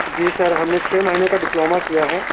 جی sir ہم نے چھ مہینے کا ڈپلوما کیا ہے